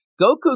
Goku